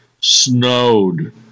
snowed